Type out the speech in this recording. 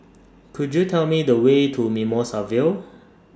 Could YOU Tell Me The Way to Mimosa Vale